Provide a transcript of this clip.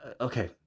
okay